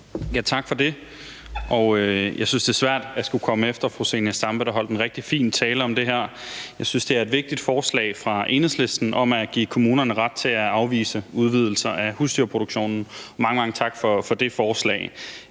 Tak for det. Jeg synes, det er svært at skulle komme efter fru Zenia Stampe, der holdt en rigtig fin tale om det her. Jeg synes, det er et vigtigt forslag fra Enhedslisten om at give kommunerne ret til at afvise udvidelser af husdyrproduktionen. Mange, mange tak for det forslag.